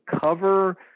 cover